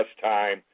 time